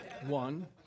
one